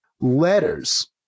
letters